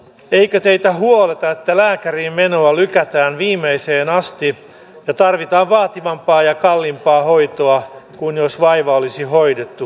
eikö teitä huoleta että lääkäriin menoa lykätään viimeiseen asti ja että tarvitaan vaativampaa ja kalliimpaa hoitoa kuin silloin jos vaiva olisi hoidettu heti